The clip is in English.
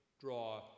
draw